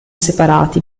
separati